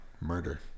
murder